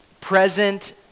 present